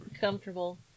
comfortable